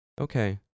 okay